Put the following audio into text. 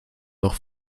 doch